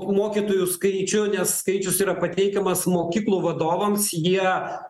mokytojų skaičių nes skaičius yra pateikiamas mokyklų vadovams jie